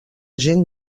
gent